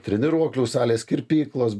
treniruoklių salės kirpyklos